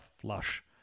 flush